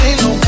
no